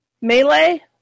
melee